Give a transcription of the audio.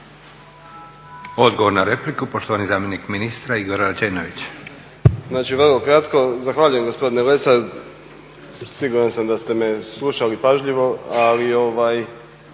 Odgovor na repliku, poštovani zamjenik ministra Igor Rađenović. **Rađenović, Igor (SDP)** Znači vrlo kratko. Zahvaljujem gospodine Lesar, siguran sam da ste me slušali pažljivo. Ali ja